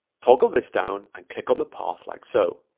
toggle this down and click on the path like so.